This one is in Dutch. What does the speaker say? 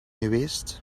geweest